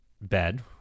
bed